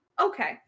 Okay